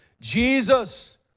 Jesus